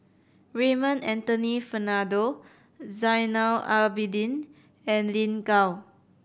Raymond Anthony Fernando Zainal Abidin and Lin Gao